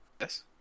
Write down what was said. Yes